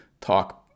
talk